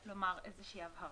אני מבקשת לומר איזושהי הבהרה.